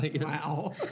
Wow